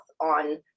on